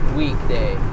weekday